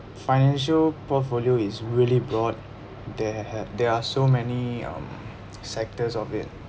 financial portfolio is really broad they ha~ there are so many um sectors of it